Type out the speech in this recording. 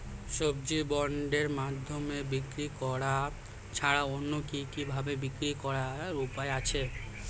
সবজি বন্ডের মাধ্যমে বিক্রি করা ছাড়া অন্য কি কি ভাবে বিক্রি করার উপায় আছে?